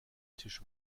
tisch